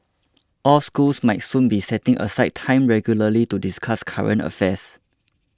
all schools might soon be setting aside time regularly to discuss current affairs